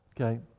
okay